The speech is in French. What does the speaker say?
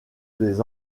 des